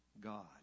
God